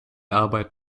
arbeit